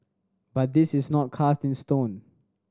but this is not cast in stone